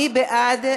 מי בעד?